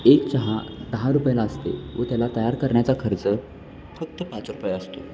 एक चहा दहा रुपयेला असते व त्याला तयार करण्याचा खर्च फक्त पाच रुपये असतो